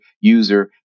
user